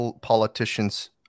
politicians